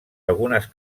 algunes